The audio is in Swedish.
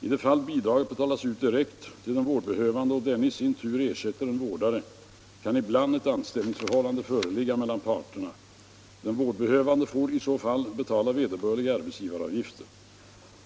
I de fall bidraget betalas ut direkt till den vårdbehövande och denne i sin tur ersätter en vårdare kan ibland ett anställningsförhållande föreligga mellan parterna. Den vårdbehövande får i så fall betala vederbörliga arbetsgivaravgifter.